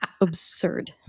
absurd